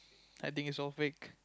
I think it's all fake